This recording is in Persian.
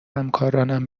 همکارانم